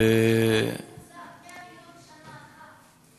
100 מיליון שקל בשנה אחת.